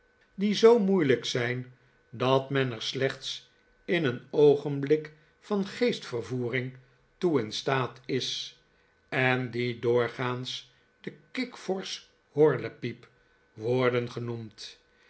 danspassendie zoo moeilijk zijn dat men er slechts in een oogenblik van geestvervoering toe in staat is en die doorgaans de kikvorsch horlepijp worden genoemd